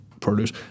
produce